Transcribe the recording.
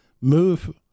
move